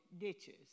ditches